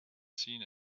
seen